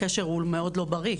הקשר מאוד לא בריא,